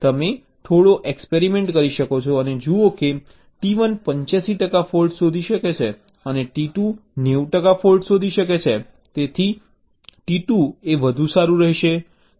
તમે થોડો એક્સપરિમેન્ટ કરી શકો છો અને જુઓ કે t1 85 ટકા ફૉલ્ટ શોધી શકે છે અને t2 90 ટકા ફૉલ્ટ્સ શોધી શકે છે તેથી t2 વધુ સારું રહેશે